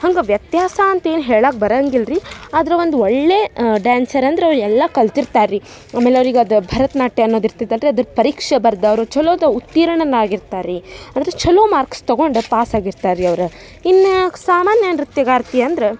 ಹಂಗೆ ವ್ಯತ್ಯಾಸ ಅಂತೇನೂ ಹೇಳಕ್ಕ ಬರಂಗಿಲ್ಲ ರಿ ಆದ್ರೆ ಒಂದು ಒಳ್ಳೆಯ ಡ್ಯಾನ್ಸರ್ ಅಂದ್ರೆ ಎಲ್ಲ ಕಲ್ತಿರ್ತಾರೆ ರಿ ಆಮೇಲೆ ಅವ್ರಿಗೆ ಅದು ಭರತನಾಟ್ಯ ಅನ್ನೋದು ಇರ್ತೈತಲ್ಲ ರಿ ಅದರ ಪರೀಕ್ಷೆ ಬರ್ದು ಅವರು ಛಲೋದ ಉತ್ತೀರ್ಣನಾಗಿರ್ತಾರೆ ರಿ ಅಂದರೆ ಛಲೊ ಮಾರ್ಕ್ಸ್ ತೊಗೊಂಡು ಪಾಸಾಗಿರ್ತಾರೆ ರಿ ಅವ್ರು ಇನ್ನು ಸಾಮಾನ್ಯ ನೃತ್ಯಗಾರ್ತಿ ಅಂದ್ರೆ